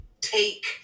take